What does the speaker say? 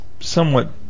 somewhat